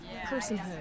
personhood